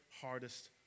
hardest